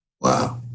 Wow